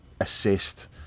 assist